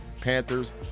Panthers